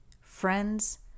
friends